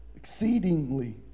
Exceedingly